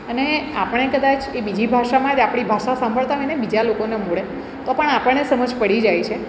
અને આપણે કદાચ એ બીજી ભાષામાં જ આપણી ભાષા સાંભળતા હોઈને બીજા લોકોને મોઢે તો પણ આપણને સમજ પડી જાય છે